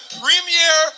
premier